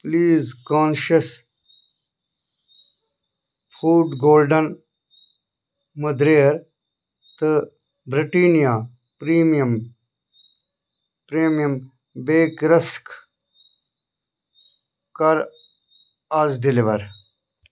please conscious food golden مٔدریر تہٕ Britannia premium premium bake rusk کَر آز ڈیلیور